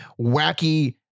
wacky